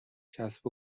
کسب